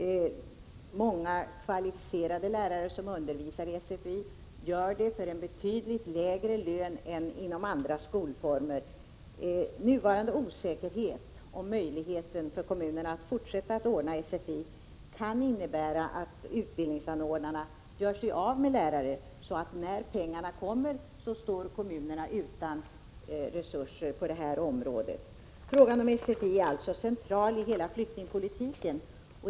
Många kvalificerade lärare som undervisar i sfi gör det för en betydligt lägre lön än inom andra skolformer. Nuvarande osäkerhet om möjligheten för kommunerna att fortsätta att ordna sfi kan innebära att utbildningsanordnarna gör sig av med lärare, så att kommunerna står utan resurser på det området när pengarna kommer. Frågan om sfi är alltså central i flyktingpolitiken.